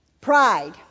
Pride